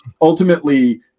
ultimately